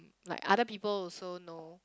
like other people also know